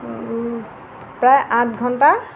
প্ৰায় আঠ ঘণ্টা